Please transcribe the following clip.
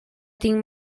tinc